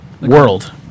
world